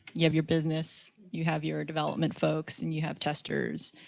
you have your business, you have your development folks and you have testers.